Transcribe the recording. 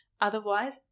Otherwise